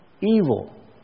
evil